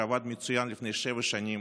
שעבד מצוין לפני שבע שנים,